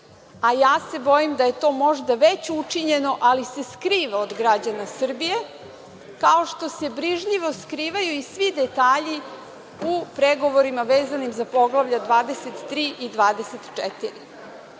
a ja se bojim da je to možda već učinjeno, ali se skriva od građana Srbije, kao što se brižljivo skrivaju i svi detalji u pregovorima vezano za poglavlja 23.